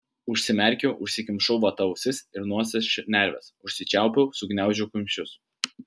užsimerkiau užsikimšau vata ausis ir nosies šnerves užsičiaupiau sugniaužiau kumščius